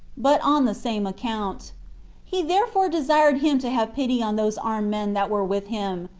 but on the same account he therefore desired him to have pity on those armed men that were with him,